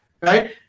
right